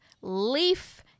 leaf